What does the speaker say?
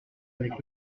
avec